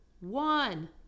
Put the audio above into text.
one